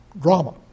drama